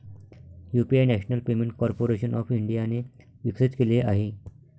UPI national payment corporation of इंडियाने विकसित केले आहे